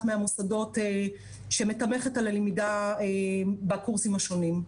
מהמוסדות שמתמך את הלמידה בקורסים השונים.